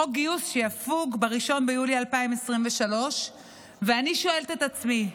חוק גיוס שיפוג ב-1 ביולי 2023. ואני שואלת את עצמי: